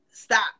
stop